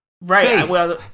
Right